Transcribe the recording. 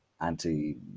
anti